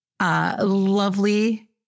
Lovely